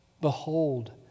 Behold